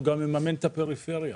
גם מממן את הפריפריה.